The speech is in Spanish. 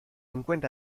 encuentra